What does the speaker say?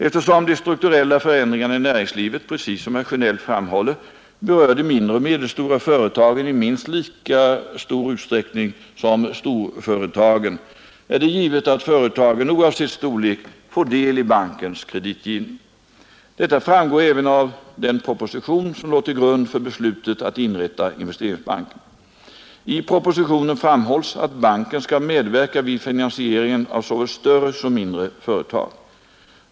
Eftersom de strukturella förändringarna i näringslivet, precis som herr Sjönell framhåller, berör de mindre och medelstora företagen i minst lika stor utsträckning som storföretagen är det givet att företagen oavsett storlek får del i bankens kreditgivning. Detta framgår även av den proposition som låg till gund för beslutet att inrätta Investeringsbanken. I propositionen framhålls att banken skall medverka vid finansieringen av såväl större som mindre företag.